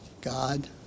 God